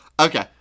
okay